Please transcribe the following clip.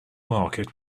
market